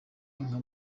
nka